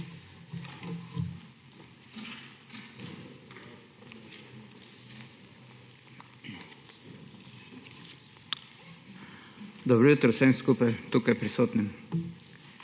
Dobro jutro vsem skupaj tukaj prisotnim!